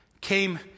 came